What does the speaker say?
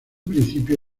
principio